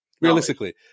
Realistically